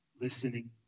listening